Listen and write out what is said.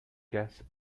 guest